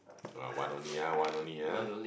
oh one only ah one only ah